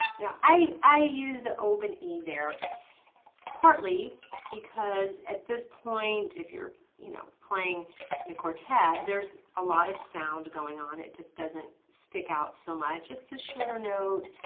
now i use the open e there partly because at this point if you're you know playing in a quartet there's a lot of sound going on, it just doesn't stick out so much, it's a shorter note,